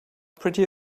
pretty